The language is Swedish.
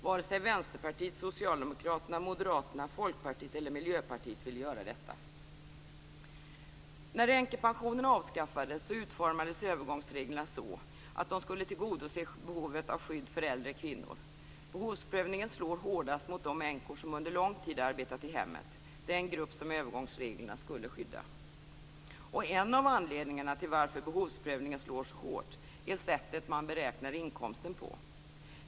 Vare sig Vänsterpartiet, Miljöpartiet ville göra detta. När änkepensionen avskaffades utformades övergångsreglerna så att de skulle tillgodose behovet av skydd för äldre kvinnor. Behovsprövningen slår hårdast mot de änkor som under lång tid arbetat i hemmet - den grupp som övergångsreglerna skulle skydda. En av anledningarna till varför behovsprövningen slår så hårt, är sättet man beräknar inkomsten på.